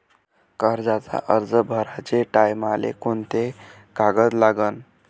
कर्जाचा अर्ज भराचे टायमाले कोंते कागद लागन?